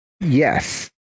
yes